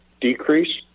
decrease